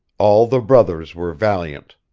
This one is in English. all the brothers were valiant